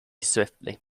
swiftly